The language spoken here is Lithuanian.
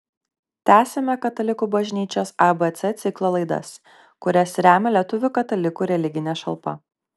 tęsiame katalikų bažnyčios abc ciklo laidas kurias remia lietuvių katalikų religinė šalpa